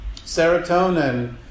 Serotonin